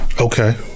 Okay